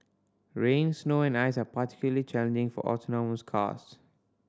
rain snow and ice are particularly challenging for autonomous cars